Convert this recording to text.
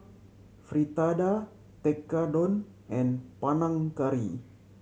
Fritada Tekkadon and Panang Curry